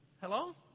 Hello